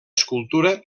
escultura